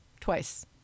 twice